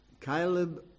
Caleb